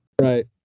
Right